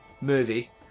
movie